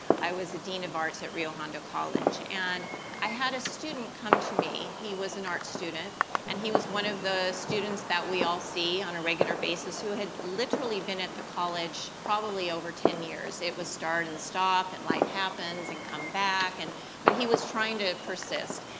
i was the dean of arts at rio hondo college and i had a student come to me, he was an art student, and he was one of the students that we all see on a regular basis who had literally been at the college probably over ten years, it was start and stop, and life happens, and come back, but he was trying to persist.